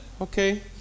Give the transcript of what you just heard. okay